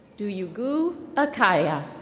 duyugu akaiya.